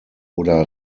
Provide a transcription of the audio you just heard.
oder